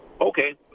Okay